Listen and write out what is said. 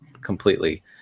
completely